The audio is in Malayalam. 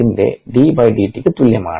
ന്റെ d d t ക്ക് തുല്യമാണ്